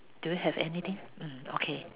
do you have anything mm okay